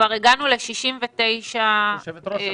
כבר הגענו ל-69,000 בדיקות --- יושבת-הראש,